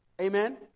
Amen